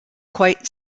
quite